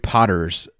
Potter's